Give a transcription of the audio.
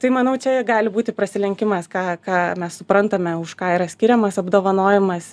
tai manau čia gali būti prasilenkimas ką ką mes suprantame už ką yra skiriamas apdovanojimas